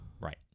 Right